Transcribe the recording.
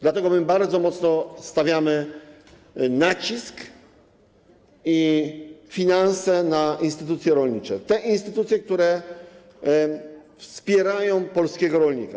Dlatego my bardzo mocno kładziemy nacisk i przeznaczamy finanse na instytucje rolnicze, te instytucje, które wspierają polskiego rolnika.